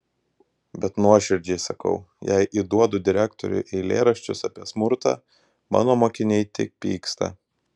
bet nuoširdžiai sakau jei įduodu direktoriui eilėraščius apie smurtą mano mokiniai tik pyksta